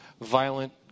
violent